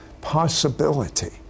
possibility